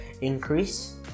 increase